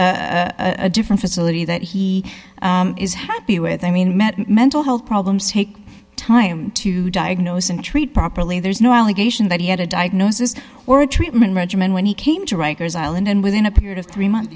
a different facility that he is happy with i mean met mental health problems take time to diagnose and treat properly there's no allegation that he had a diagnosis or a treatment regimen when he came to rikers island and within a period of three month